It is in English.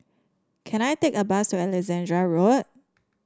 can I take a bus to Alexandra Road